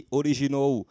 originou